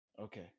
Okay